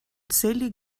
цели